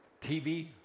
TV